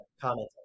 commenting